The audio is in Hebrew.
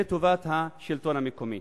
לטובת השלטון המקומי.